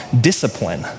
discipline